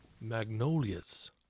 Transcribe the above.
magnolias